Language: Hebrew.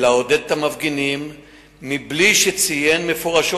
אלא עודד את המפגינים בלי שציין מפורשות